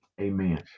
amen